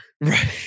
right